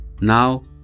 Now